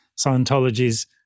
Scientology's